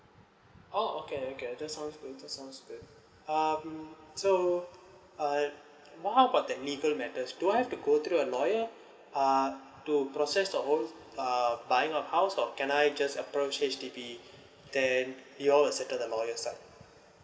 oh okay okay that sounds good that sounds good um so uh what about the legal matters do I have to go to the lawyer uh to process the whole uh buying a house or can I just approach H_D_B then you all set up the lawyer and stuff